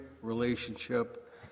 relationship